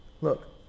Look